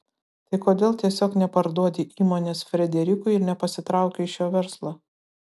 tai kodėl tiesiog neparduodi įmonės frederikui ir nepasitrauki iš šio verslo